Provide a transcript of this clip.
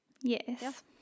Yes